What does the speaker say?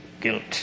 Guilt